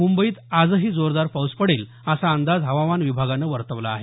मुंबईत आजही जोरदार पाऊस पडेल असा अंदाज हवामान विभागानं वर्तवला आहे